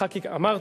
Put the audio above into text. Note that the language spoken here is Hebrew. אמרתי,